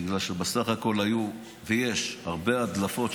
בגלל שבסך הכול היו ויש הרבה הדלפות,